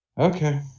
Okay